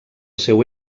seu